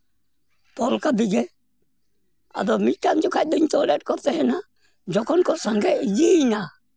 ᱛᱚᱞ ᱠᱟᱫᱮ ᱜᱮ ᱟᱫᱚ ᱢᱤᱫᱴᱟᱝ ᱡᱚᱠᱷᱟᱱ ᱫᱩᱧ ᱛᱚᱞᱮᱫ ᱠᱚ ᱛᱟᱦᱮᱱᱟ ᱡᱚᱠᱷᱚᱱ ᱠᱚ ᱥᱟᱸᱜᱮ ᱤᱫᱤᱭᱮᱱᱟ